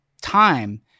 time